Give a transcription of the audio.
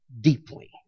deeply